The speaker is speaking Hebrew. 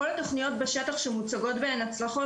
כל התוכניות בשטח שמוצגות בהן הצלחות,